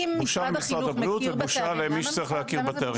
בושה למשרד הבריאות ובושה למי שצריך להכיר בתארים האלה.